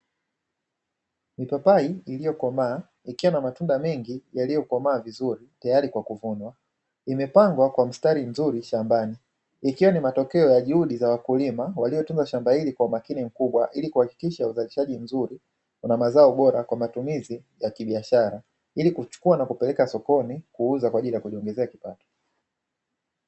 Mipapai iliyokomaa ikiwa na matunda mengi yaliyokomaa vizuri tayari kwa kuvunwa imepangwa kwa mstari mzuri shambani, ikiwa ni matokeo ya juhudi za wakulima waliotunza shamba hili kwa umakini mkubwa, ili kuhakikisha uzalishaji mzuri na mazao bora kwa matumizi ya kibiashara ili kuchukua na kupeleka sokoni kuuza kwa ajili ya kujiongezea kipato.